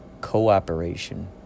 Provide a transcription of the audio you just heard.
cooperation